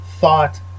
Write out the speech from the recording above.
thought